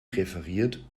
referiert